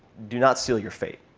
do not seal your fate.